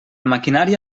maquinària